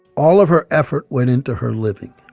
all of her effort went into her living.